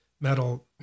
metal